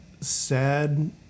sad